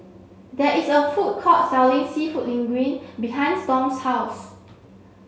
there is a food court selling Seafood Linguine behind Storm's house